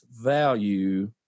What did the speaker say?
value